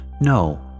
No